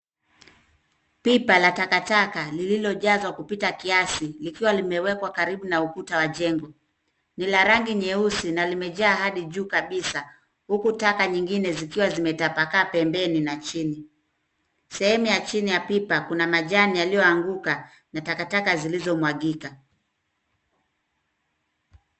Pipa la takataka lililojazwa kupita kiasi likiwa limewekwa karibu na ukuta wa jengo. Ni la rangi nyeusi na limejaa hadi juu kabisa uku taka nyingine zikiwa zimetapaka pembeni na chini. Sehemu ya chini ya pipa kuna majani yaliyo anguka na takataka zilizo mwagika.